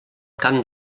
camp